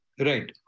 Right